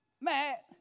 Matt